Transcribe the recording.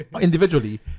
individually